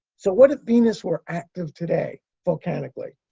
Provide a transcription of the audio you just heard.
so, what if venus were active today volcanically?